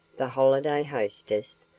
the holiday hostess,